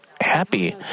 happy